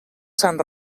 sant